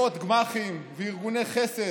מאות גמ"חים וארגוני חסד,